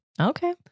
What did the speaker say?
Okay